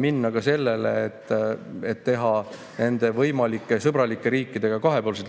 minna ka sellele teele, et teha nende võimalike sõbralike riikidega kahepoolseid